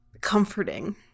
comforting